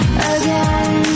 again